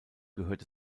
gehört